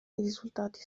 risultati